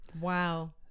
Wow